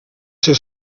ser